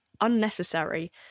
unnecessary